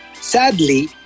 Sadly